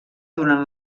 durant